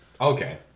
Okay